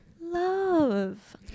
Love